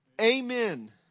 Amen